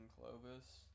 Clovis